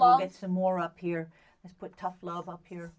to get some more up here let's put tough love up here